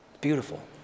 Beautiful